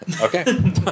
Okay